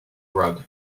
rug